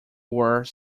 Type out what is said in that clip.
were